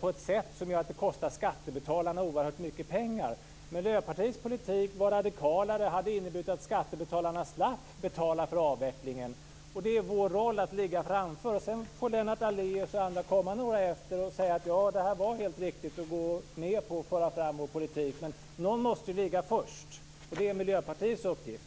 på ett sätt som gör att det kostar skattebetalarna oerhört mycket pengar. Miljöpartiets politik var radikalare och hade inneburit att skattebetalarna hade sluppit betala för avvecklingen. Det är vår roll att ligga före. Sedan får Lennart Daléus och andra komma efter och säga att det var helt riktigt och gå med på att föra fram vår politik. Men någon måste ligga först. Det är Miljöpartiets uppgift.